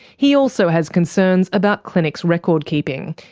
he also has concerns about clinics' record keeping.